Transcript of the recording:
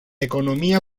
economía